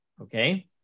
Okay